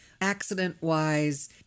accident-wise